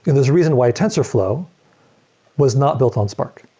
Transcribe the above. there's a reason why tensorflow was not built on spark,